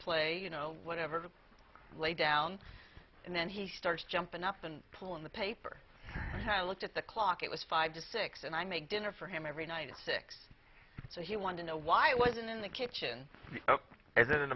play you know whatever to lay down and then he starts jumping up and pull in the paper i looked at the clock it was five to six and i made dinner for him every night at six so he wanted to know why i wasn't in the kitchen is